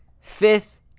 fifth